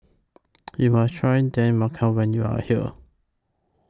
YOU must Try Dal when YOU Are here